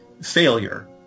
failure